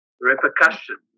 repercussions